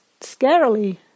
scarily